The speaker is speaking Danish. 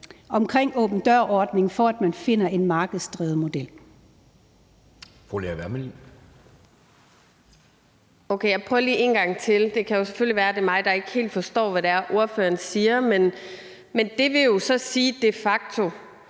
om åben dør-ordningen, for at man finder en markedsdrevet model.